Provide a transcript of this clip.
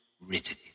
written